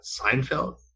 Seinfeld